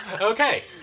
okay